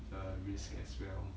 a risk as well